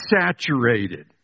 saturated